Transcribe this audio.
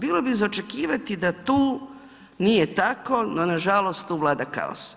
Bilo bi za očekivati da tu nije tako, no nažalost tu vlada kaos.